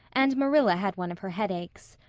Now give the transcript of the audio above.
and marilla had one of her headaches.